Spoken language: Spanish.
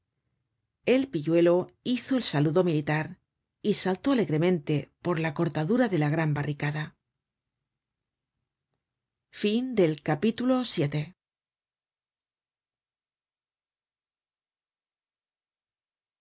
el pilluelo hizo el saludo militar y saltó alegremente por la cortadura de la gran barricada